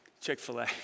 Chick-fil-A